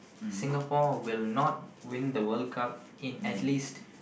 Singapore will not win the World-Cup in at least